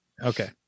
Okay